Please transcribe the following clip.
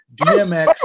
DMX